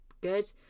good